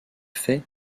fait